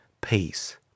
Peace